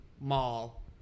mall